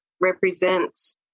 represents